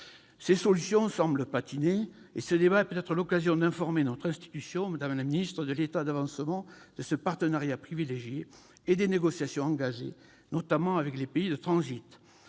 ces solutions semblent patiner, et notre débat d'aujourd'hui est peut-être l'occasion d'informer notre institution de l'état d'avancement de ce partenariat privilégié et des négociations engagées, notamment, avec les pays de transit.